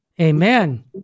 amen